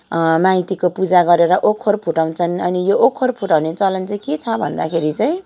माइतीको पुजा गरेर ओखर फुटाउँछन् अनि यो ओखर फुटाउने चलन चाहिँ के छ भन्दाखेरि चाहिँ